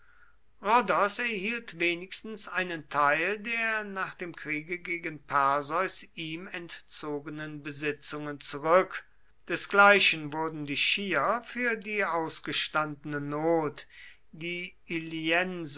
rhodos erhielt wenigstens einen teil der nach dem kriege gegen perseus ihm entzogenen besitzungen zurück desgleichen wurden die chier für die ausgestandene not die